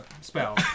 spell